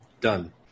done